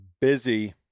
busy